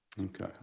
Okay